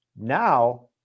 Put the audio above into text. Now